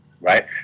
right